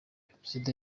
perezida